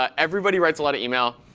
ah everybody writes a lot of email.